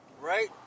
right